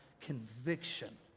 conviction